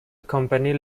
accompany